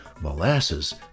Molasses